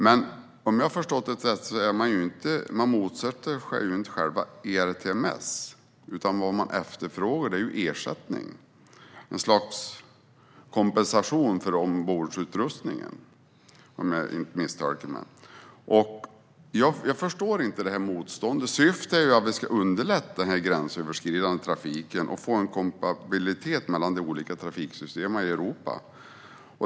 Men om jag har förstått det rätt och inte misstolkar något motsätter man sig inte själva ERTMS, utan vad man efterfrågar är ersättning, ett slags kompensation för ombordutrustningen. Jag förstår inte det här motståndet. Syftet är ju att vi ska underlätta den gränsöverskridande trafiken och få en kompatibilitet mellan de olika trafiksystemen i Europa.